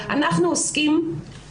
אני לא סתם שואלת, קטי, אני מנסה להבין.